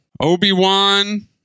Obi-Wan